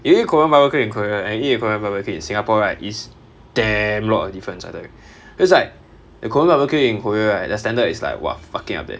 you eat korean barbecue in korea right and you eat korean barbecue in singapore right it's damn lot of difference I tell you cause like the korean barbecue in korea right the standard is like !wah! fucking up there